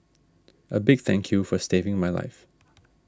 a big thank you for saving my life